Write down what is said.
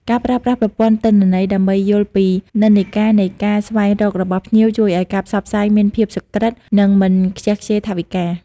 ការប្រើប្រាស់ប្រព័ន្ធទិន្នន័យ ដើម្បីយល់ពីនិន្នាការនៃការស្វែងរករបស់ភ្ញៀវ ជួយឱ្យការផ្សព្វផ្សាយមានភាពសុក្រឹត និងមិនខ្ជះខ្ជាយថវិកា។